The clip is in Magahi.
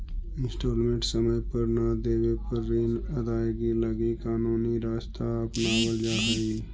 इंस्टॉलमेंट समय पर न देवे पर ऋण अदायगी लगी कानूनी रास्ता अपनावल जा हई